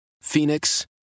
Phoenix